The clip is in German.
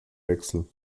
wechsel